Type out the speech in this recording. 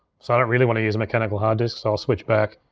so i don't really wanna use a mechanical hard disk, so i'll switch back.